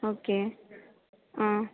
okay ஆ